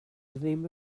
ddim